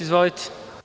Izvolite.